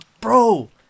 Bro